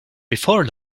before